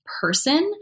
person